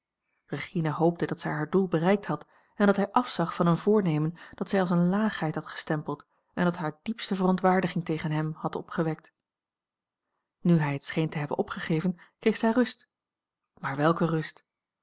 regina hoopte dat zij haar doel bereikt had en dat hij afzag van een voornemen dat zij als eene laagheid had gestempeld en dat hare diepste verontwaardiging tegen hem had opgewekt nu hij het scheen te hebben opgegeven kreeg zij rust maar welke rust